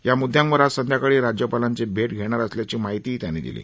या मुददांवर आज संध्याकाळी राज्यपालांची भैट घेणार असल्याची माहितीही त्यांनी यावेळी दिली